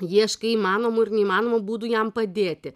ieškai įmanomų ir neįmanomų būdų jam padėti